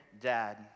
dad